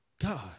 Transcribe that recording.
God